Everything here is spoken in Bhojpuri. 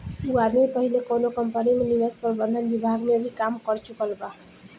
उ आदमी पहिले कौनो कंपनी में निवेश प्रबंधन विभाग में भी काम कर चुकल बा